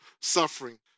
suffering